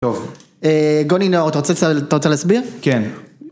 טוב, גוני נאור, אתה רוצה להסביר? כן.